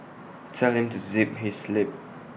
tell him to zip his lip